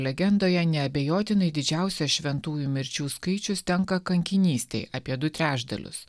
legendoje neabejotinai didžiausias šventųjų mirčių skaičius tenka kankinystei apie du trečdalius